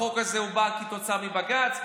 החוק הזה בא כתוצאה מבג"ץ.